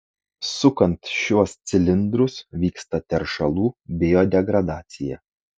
sukant šiuos cilindrus vyksta teršalų biodegradacija